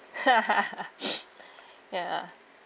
ya lah